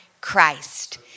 Christ